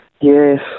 Yes